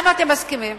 למה אתם מסכימים?